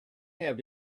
have